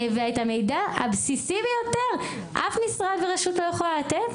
והמידע הבסיסי ביותר אף משרד ורשות לא יכולים לתת?